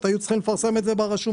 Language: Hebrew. היו צריכים לפרסם את זה ברשומות.